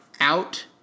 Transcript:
out